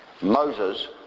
Moses